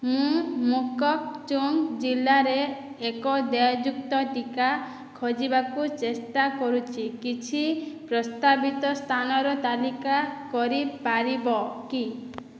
ମୁଁ ମୋକୋକଚୁଙ୍ଗ ଜିଲ୍ଲାରେ ଏକ ଦେୟଯୁକ୍ତ ଟିକା ଖୋଜିବାକୁ ଚେଷ୍ଟା କରୁଛି କିଛି ପ୍ରସ୍ତାବିତ ସ୍ଥାନର ତାଲିକା କରିପାରିବ କି